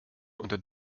unter